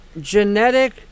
genetic